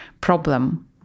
problem